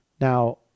Now